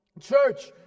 church